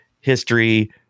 history